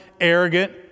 arrogant